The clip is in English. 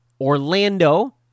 Orlando